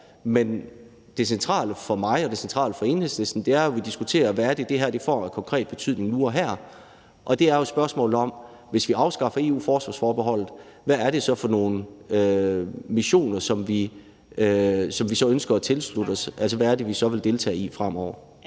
Men det centrale for mig og det decentrale for Enhedslisten er jo, at vi diskuterer, hvad det her får af konkret betydning nu og her. Det er jo spørgsmålet om, at hvis vi afskaffer EU-forsvarsforbeholdet, hvad er det så for nogle missioner, som vi ønsker at tilslutte os? Hvad er det, vi så vil deltage i fremover?